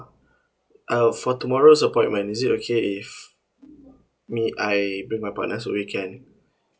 uh for tomorrow's appointment is it okay if may I bring my partner so we can